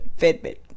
Fitbit